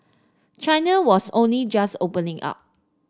China was only just opening up